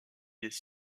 des